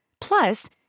Plus